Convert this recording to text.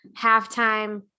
halftime